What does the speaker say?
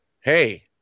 hey